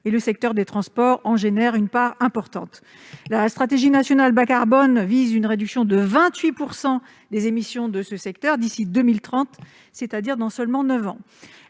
et le secteur des transports en produit une part importante. La stratégie nationale bas-carbone vise une réduction de 28 % des émissions de ce secteur d'ici à 2030, c'est-à-dire dans seulement neuf ans.